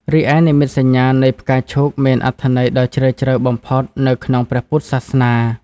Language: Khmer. រីឯនិមិត្តសញ្ញានៃ ផ្កាឈូកមានអត្ថន័យដ៏ជ្រាលជ្រៅបំផុតនៅក្នុងព្រះពុទ្ធសាសនា។